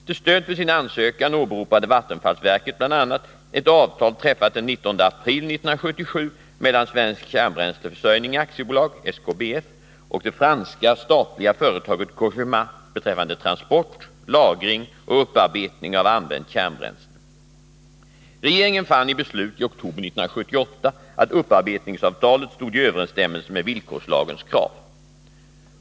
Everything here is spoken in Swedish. Till stöd för sin ansökan åberopade vattenfallsverket bl.a. ett avtal träffat den 19 april 1977 mellan Svensk Kärnbränsleförsörjning AB och det franska statliga företaget Cogéma beträffande transport, lagring och upparbetning av använt kärnbränsle. Regeringen fann i beslut i oktober 1978 att upparbetningsavtalet stod i överensstämmelse med villkorslagens krav.